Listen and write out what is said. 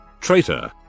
traitor